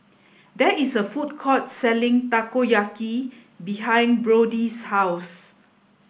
there is a food court selling Takoyaki behind Brody's house